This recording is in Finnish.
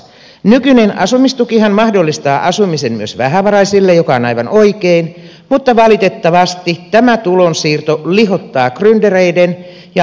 nykyinen asumistukihan mahdollistaa asumisen myös vähävaraisille mikä on aivan oikein mutta valitettavasti tämä tulonsiirto lihottaa gryndereiden ja asuntokeinottelijoiden kukkaroa